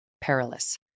perilous